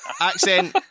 Accent